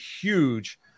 huge